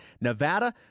Nevada